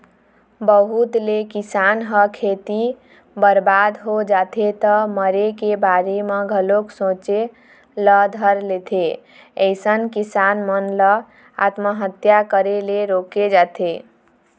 बहुत ले किसान ह खेती बरबाद हो जाथे त मरे के बारे म घलोक सोचे ल धर लेथे अइसन किसान मन ल आत्महत्या करे ले रोके जाथे